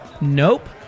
Nope